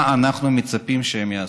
מה אנחנו מצפים שהם יעשו.